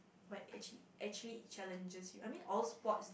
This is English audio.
but actually actually challenges I mean all sports